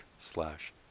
slash